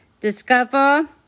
Discover